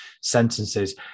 sentences